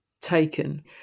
taken